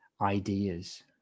ideas